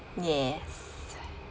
yes